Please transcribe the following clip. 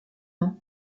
ans